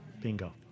Bingo